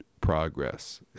progress